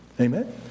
Amen